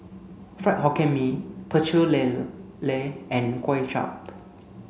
Fried Hokkien Mee Pecel Lele and Kway Chap